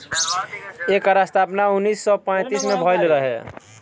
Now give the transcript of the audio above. एकर स्थापना उन्नीस सौ पैंतीस में भइल रहे